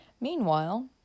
Meanwhile